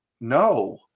no